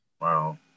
Wow